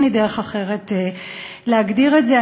אין לי דרך אחרת להגדיר את זה.